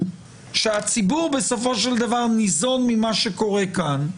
שהציבור בסופו של דבר ניזון ממה שקורה כאן,